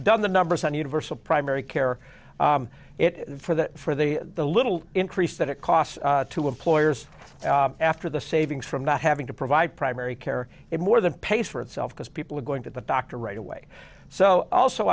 done the numbers on universal primary care it for the for the the little increase that it costs to employers after the savings from not having to provide primary care it more than pays for itself because people are going to the doctor right away so also